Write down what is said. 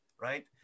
right